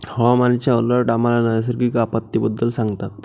हवामानाचे अलर्ट आम्हाला नैसर्गिक आपत्तींबद्दल सांगतात